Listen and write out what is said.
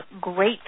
great